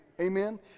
Amen